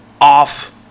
off